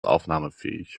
aufnahmefähig